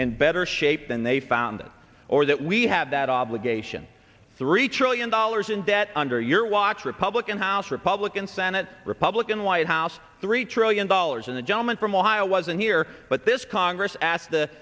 in better shape than they found it or that we have that obligation three trillion dollars in debt under your watch republican house republican senate republican white house three trillion dollars and the gentleman from ohio wasn't here but this congress asked the